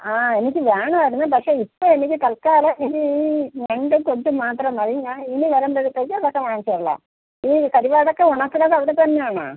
ആ എനിക്ക് വേണമായിരുന്നു പക്ഷെ ഇപ്പോൾ എനിക്ക് തൽക്കാലം ഇനി ഈ ഞണ്ടും കൊഞ്ചും മാത്രം മതി ഞാൻ ഇനി വരുമ്പോഴത്തേക്ക് ഇതൊക്കെ വാങ്ങിച്ചുകൊളളാം ഈ കരുവാടൊക്കെ ഉണക്കണത് അവിടെ തന്നെ ആണോ